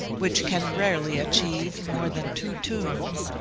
which can rarely achieve more than two tunes,